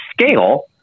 scale